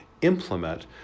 implement